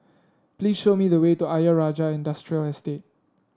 please show me the way to Ayer Rajah Industrial Estate